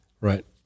right